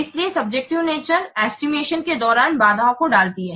इसलिए subjective nature estimation के दौरान बाधाओं को डालती है